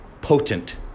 potent